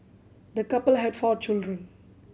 the couple had four children